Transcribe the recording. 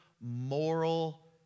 moral